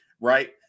right